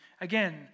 Again